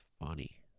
funny